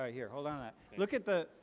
ah here hold on. look at the.